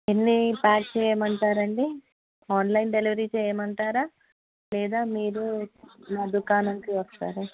ఎన్ని ప్యాక్ చేయమంటారండి online delivery చేయమంటారా లేదా మీరు మా దుకాణానికి వస్తారా